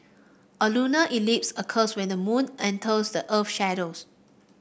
a lunar eclipse occurs when the moon enters the earth shadows